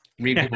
read